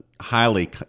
highly